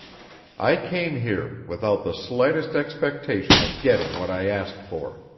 i came here without the slightest expectation of getting what i asked for.